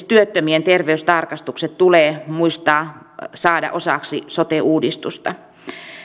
työttömien terveystarkastukset tulee muistaa ja saada osaksi sote uudistusta